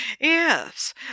Yes